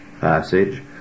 passage